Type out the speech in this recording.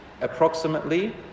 approximately